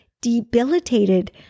debilitated